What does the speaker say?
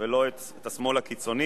ולא את השמאל הקיצוני.